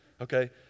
okay